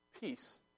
Peace